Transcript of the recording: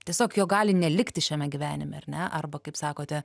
tiesiog jo gali nelikti šiame gyvenime ar ne arba kaip sakote